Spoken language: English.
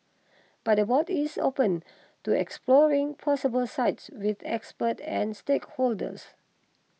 but the board is open to exploring possible sites with experts and stakeholders